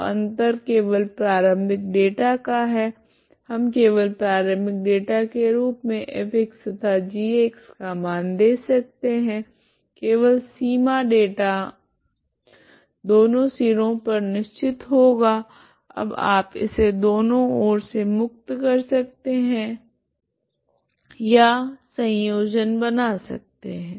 तो अंतर केवल प्रारम्भिक डेटा का है हम केवल प्रारम्भिक डेटा के रूप मे f तथा g का मान दे सकते है केवल सीमा डेटा दोनों सिरो पर निश्चित होगा अब आप इसे दोनों ओर से मुक्त कर सकते है या संयोजन बना सकते है